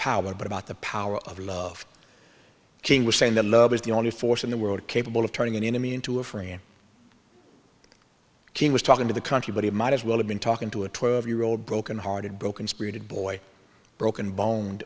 power but about the power of love king was saying that love is the only force in the world capable of turning an enemy into a free and king was talking to the country but it might as well have been talking to a twelve year old broken hearted broken spirited boy broken bone